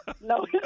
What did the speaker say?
No